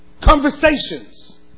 Conversations